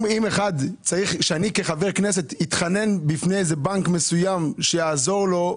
אם אחד צריך שאני כחבר כנסת יתחנן בפני איזה בנק מסוים שיעזור לו,